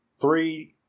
Three